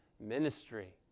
ministry